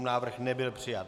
Návrh nebyl přijat.